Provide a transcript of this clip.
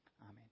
Amen